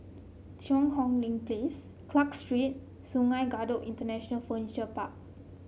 Cheang Hong Lim Place Clarke Street Sungei Kadut International Furniture Park